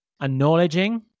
acknowledging